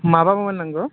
माबा बुंनांगौ